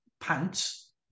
pants